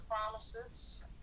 promises